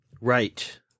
Right